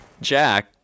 Jack